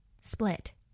split